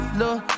look